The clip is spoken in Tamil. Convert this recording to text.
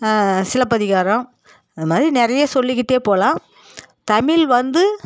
சிலப்பதிகாரம் அது மாதிரி நிறைய சொல்லிகிட்டே போகலாம் தமிழ் வந்து